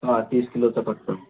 हा तीस किलोचा कट्टा